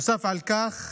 נוסף על כך,